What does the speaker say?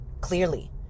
clearly